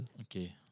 Okay